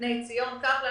בני ציון וקפלן,